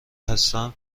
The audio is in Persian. هستم